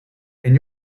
and